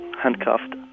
handcuffed